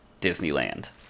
Disneyland